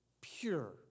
pure